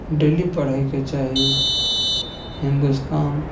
daily पढ़ैके चाही हिन्दुस्तान